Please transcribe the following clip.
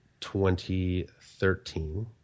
2013